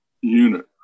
unit